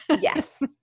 Yes